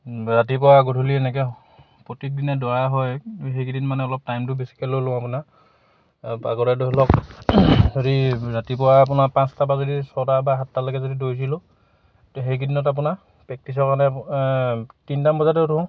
ৰাতিপুৱা গধূলি এনেকৈ প্ৰত্যেক দিনে দৌৰা হয় সেইকেইদিন মানে অলপ টাইমটো বেছিকৈ ল'লো আপোনাৰ আগতে ধৰি লওক হেৰি ৰাতিপুৱা আপোনাৰ পাঁচটা পা যদি ছটা বা সাতটালৈকে যদি দৌৰিছিলোঁ সেইকেইদিনত আপোনাৰ প্ৰেক্টিছৰ কাৰণে তিনিটা বজাতে উঠো